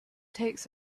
takes